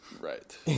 Right